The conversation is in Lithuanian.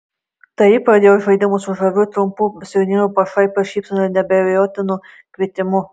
tai ji pradėjo žaidimą su žaviu trumpu sijonėliu pašaipia šypsena ir neabejotinu kvietimu